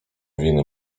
winy